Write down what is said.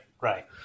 Right